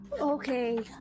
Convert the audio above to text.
Okay